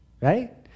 Right